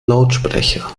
lautsprecher